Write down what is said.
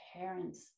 parents